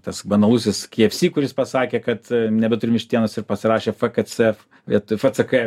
tas banalusis kfc kuris pasakė kad nebeturim vištienos ir pasirašė fkcf vietoj fck